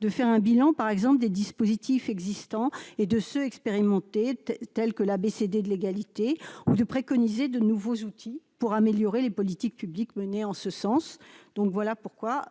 de faire un bilan, par exemple des dispositifs existants et de ce expérimentés tels que l'ABCD, de l'égalité on préconiser de nouveaux outils pour améliorer les politiques publiques menées en ce sens, donc voilà pourquoi